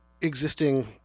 existing